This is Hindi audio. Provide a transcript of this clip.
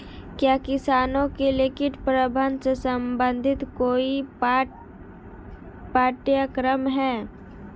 क्या किसानों के लिए कीट प्रबंधन से संबंधित कोई पाठ्यक्रम है?